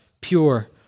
pure